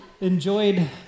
enjoyed